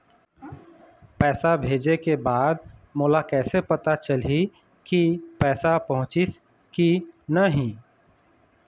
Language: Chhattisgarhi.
पैसा भेजे के बाद मोला कैसे पता चलही की पैसा पहुंचिस कि नहीं?